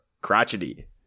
crotchety